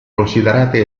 considerate